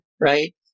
right